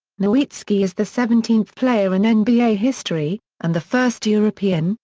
nowitzki is the seventeenth player in in nba history, and the first european,